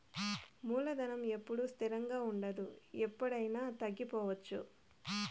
మూలధనం ఎప్పుడూ స్థిరంగా ఉండదు ఎప్పుడయినా తగ్గిపోవచ్చు